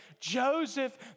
Joseph